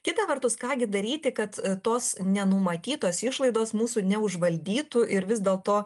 kita vertus ką gi daryti kad tos nenumatytos išlaidos mūsų neužvaldytų ir vis dėlto